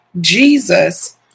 Jesus